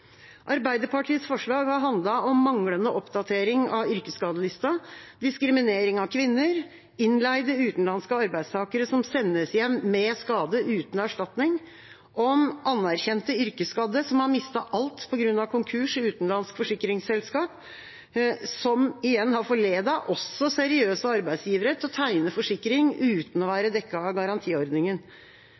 Arbeiderpartiets forslag har handlet om manglende oppdatering av yrkesskadelista, diskriminering av kvinner, innleide utenlandske arbeidstakere som sendes hjem med skade uten erstatning, om anerkjent yrkesskadde som har mistet alt på grunn av konkurs i utenlandske forsikringsselskap, som igjen har forledet også seriøse arbeidsgivere til å tegne forsikring uten å være dekket av garantiordningen.